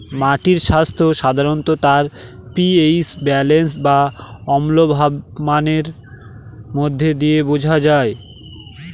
মাটির স্বাস্থ্য সাধারনত তার পি.এইচ ব্যালেন্স বা অম্লভাব মানের মধ্যে দিয়ে বোঝা যায়